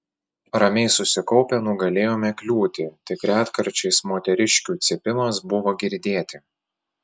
ramiai susikaupę nugalėjome kliūtį tik retkarčiais moteriškių cypimas buvo girdėti